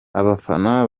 abafana